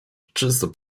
czysto